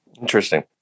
Interesting